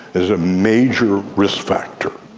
it's a major risk factor.